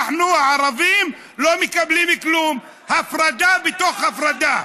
אנחנו הערבים לא מקבלים כלום, הפרדה בתוך הפרדה.